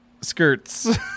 skirts